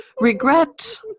regret